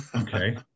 okay